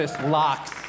locks